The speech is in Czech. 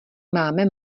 máme